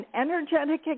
energetic